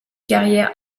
carrière